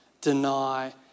deny